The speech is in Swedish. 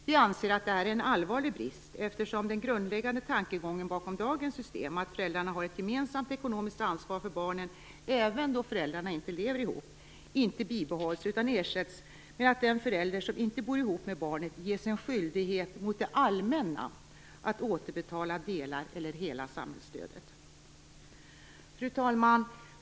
Vi anser att detta är en allvarlig brist, eftersom den grundläggande tankegången bakom dagens system, att föräldrarna har ett gemensamt ekonomiskt ansvar för barnen även då föräldrarna inte lever ihop, inte bibehålls utan ersätts med att den förälder som inte bor ihop med barnet ges en skyldighet mot det allmänna att "återbetala" delar av eller hela samhällsstödet. Fru talman!